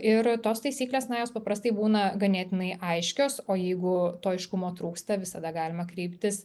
ir tos taisyklės na jos paprastai būna ganėtinai aiškios o jeigu to aiškumo trūksta visada galima kreiptis